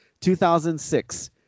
2006